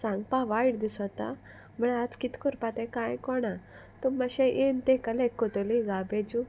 सांगपा वायट दिसोता म्हळ्यार आतां कित करपा तें कांय कोणा तूं मातशें येयन तें कलेक्ट कोत्तोली गारबेजू